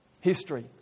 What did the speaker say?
History